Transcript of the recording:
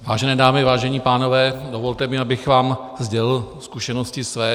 Vážené dámy, vážení pánové, dovolte mi, abych vám sdělil zkušenosti své.